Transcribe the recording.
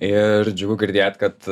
ir džiugu girdėt kad